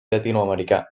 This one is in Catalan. llatinoamericà